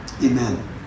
amen